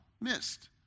missed